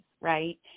right